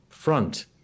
front